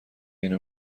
اینو